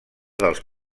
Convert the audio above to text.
dels